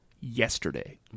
yesterday